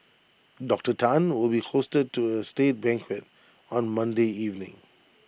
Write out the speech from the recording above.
Doctor Tan will be hosted to A state banquet on Monday evening